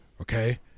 okay